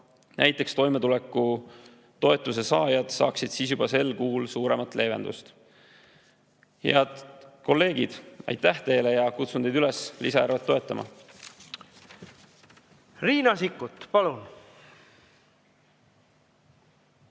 Näiteks toimetulekutoetuse saajad saaksid siis juba sel kuul suuremat leevendust. Head kolleegid, aitäh teile ja kutsun teid üles lisaeelarvet toetama! Riina Sikkut, palun!